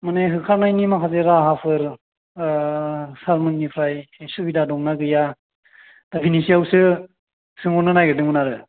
माने होखारनायनि माखासे राहाफोर सारमोननिफ्राय सुबिदा दं ना गैया दा बेनि सायावसो सोंहरनो नागिरदोंमोन आरो